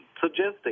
suggesting